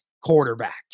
quarterback